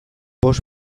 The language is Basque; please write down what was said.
bost